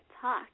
Talk